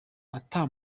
ata